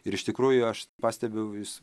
ir iš tikrųjų aš pastebiu jūs